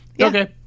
Okay